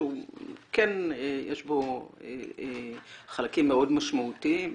שכן יש בו חלקים מאוד משמעותיים,